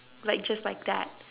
like just like that